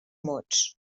mots